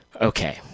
Okay